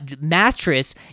mattress